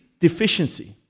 deficiency